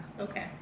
Okay